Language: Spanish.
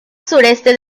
sureste